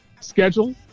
schedule